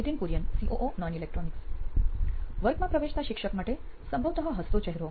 Nithin Kurian COO નોઇન electronics વર્ગમાં પ્રવેશતા શિક્ષક માટે સંભવતઃ હસતો ચહેરો